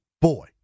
boy